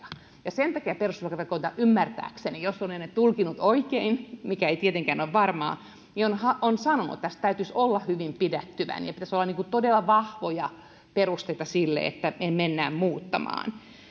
ja sen takia perustuslakivaliokunta ymmärtääkseni jos olen tulkinnut oikein mikä ei tietenkään ole varmaa on sanonut että tässä täytyisi olla hyvin pidättyväinen ja pitäisi olla todella vahvoja perusteita sille että mennään muuttamaan